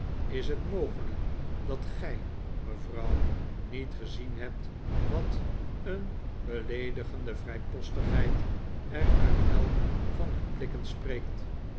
is het mogelijk dat gij mevrouw niet gezien hebt wat een beleedigende vrijpostigheid er uit elk van hun blikken spreekt